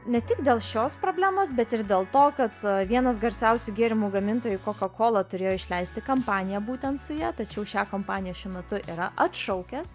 ne tik dėl šios problemos bet ir dėl to kad vienas garsiausių gėrimų gamintojų kokakola turėjo išleisti kampaniją būtent su ja tačiau šią kompaniją šiuo metu yra atšaukęs